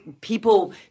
people